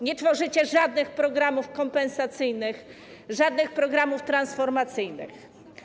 Nie tworzycie żadnych programów kompensacyjnych, żadnych programów transformacyjnych.